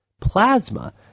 Plasma